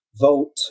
vote